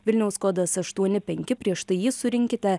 vilniaus kodas aštuoni penki prieš tai jį surinkite